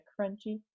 crunchy